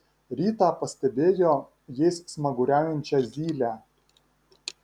rytą pastebėjo jais smaguriaujančią zylę